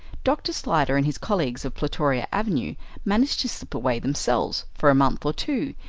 dr. slyder and his colleagues of plutoria avenue managed to slip away themselves for a month or two,